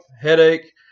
headache